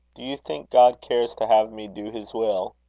do you think god cares to have me do his will?